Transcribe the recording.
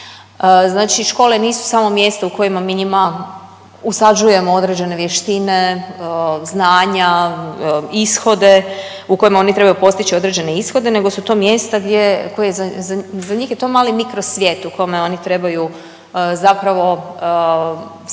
Znači škole nisu samo mjesto u kojima mi njima usađujemo određene vještine znanja, ishode, u kojima oni trebaju postići određene ishode nego su to mjesta gdje koje za njih je to mali mikrosvijet u kome oni trebaju zapravo steći